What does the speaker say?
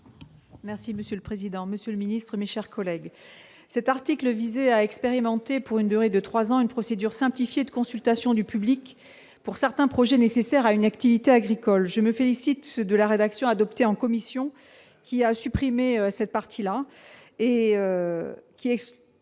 Merci monsieur le président, Monsieur le Ministre mis chers collègues cet article à expérimenté pour une durée de 3 ans, une procédure simplifiée de consultation du public pour certains projets nécessaires à une activité agricole, je me félicite de la rédaction adoptée en commission qui a supprimé cette partie-là et qui a cette